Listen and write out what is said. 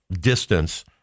distance